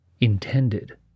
intended